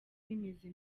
bimeze